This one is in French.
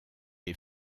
est